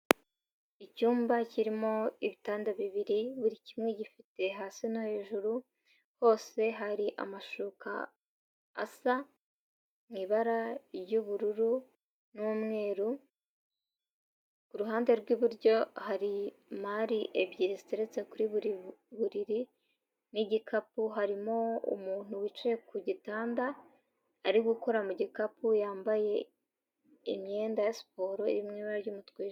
Icyumba kirimo ibitanda bibiri, buri kimwe gifite hasi no hejuru, hose hari amashuka asa mu ibara ry'ubururu n'umweru, kuruhande rw'iburyo hari mare ebyiri ziteretse kuri buri buriri n'igikapu, harimo umuntu wicaye ku gitanda ari gukora mu gikapu yambaye imyenda ya siporo iri mu ibara ry'umutuku.